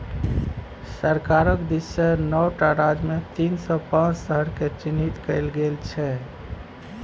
सरकारक दिससँ नौ टा राज्यमे तीन सौ पांच शहरकेँ चिह्नित कएल गेल छै